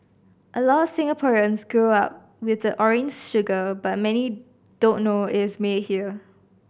a lot of Singaporeans grow up with the orange sugar but many don't know it is made here